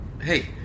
Hey